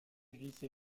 lycée